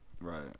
Right